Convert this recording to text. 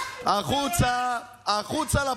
החוצה, החוצה.